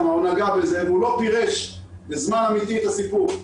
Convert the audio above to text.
או נגע בזה והוא לא פירש בזמן אמיתי את הסיפור,